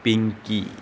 Pinky